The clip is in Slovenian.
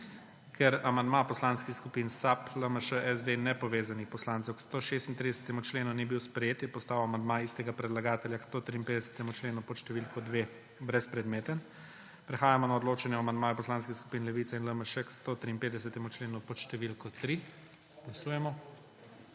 Ker amandma Poslanskih skupin SAB, LMŠ, SD, Nepovezanih poslancev k 136. členu ni bil sprejet je postal amandma istega predlagatelja k 153. členu pod številko 2, brezpredmeten. Prehajamo na odločanje o amandmaju Poslanskih supin Levica, LMŠ k 153. členu pod številko 3. Glasujemo.